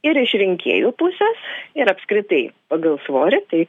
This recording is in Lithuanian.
ir iš rinkėjų pusės ir apskritai pagal svorį tai